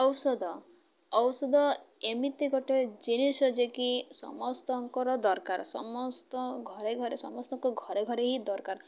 ଔଷଧ ଔଷଧ ଏମିତି ଗୋଟେ ଜିନିଷ ଯେ କିି ସମସ୍ତଙ୍କର ଦରକାର ସମସ୍ତ ଘରେ ଘରେ ସମସ୍ତଙ୍କ ଘରେ ଘରେ ହିଁ ଦରକାର